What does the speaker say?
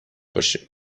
باشه